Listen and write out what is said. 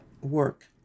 work